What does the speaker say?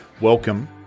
welcome